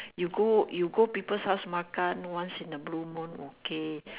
you go you go people's house makan once in a blue moon okay